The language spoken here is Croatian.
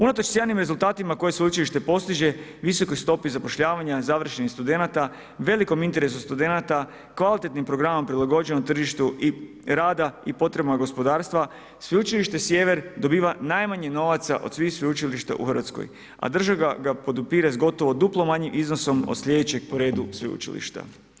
Unatoč sjajnim rezultatima koje Sveučilište postiže, visokoj stopi zapošljavanja, završenih studenata, velikom interesu studenata, kvalitetnom programu prilagođen tržištu i rada i potrebama gospodarstva, Sveučilište Sjever dobiva najmanje novaca od svih sveučilišta u Hrvatskoj, a država ga podupire od gotovo duplo manjem iznosa od slijedećeg po redu sveučilišta.